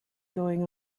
going